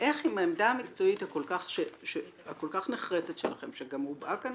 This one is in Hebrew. איך עם העמדה המקצועית הכול כך נחרצת שלכם שגם הובעה כאן